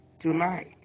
tonight